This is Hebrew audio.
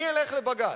אני אלך לבג"ץ.